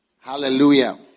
Hallelujah